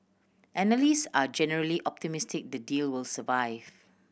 analysts are generally optimistic the deal will survive